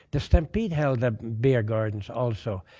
the stampede held a beer gardens also,